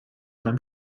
beim